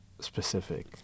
specific